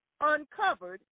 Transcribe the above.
uncovered